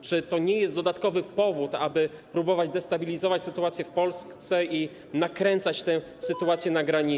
Czy to nie jest dodatkowy powód, aby próbować destabilizować sytuację w Polsce i nakręcać tę sytuację na granicy?